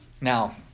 Now